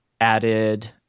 added